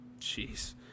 Jeez